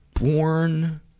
born